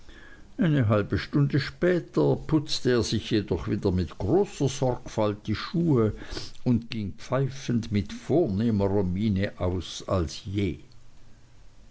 eine halbe stunde später putzte er sich jedoch immer wieder mit großer sorgfalt die schuhe und ging pfeifend mit vornehmerer miene als je